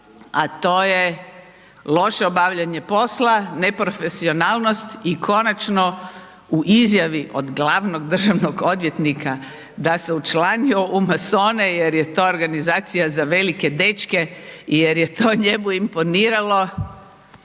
a to je loše obavljanje posla, neprofesionalnost i konačno, u izjavi od glavnog državnog odvjetnika, da se učlanio u masone jer je to organizacija za velike dečke jer je to njemu imponiralo,